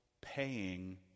paying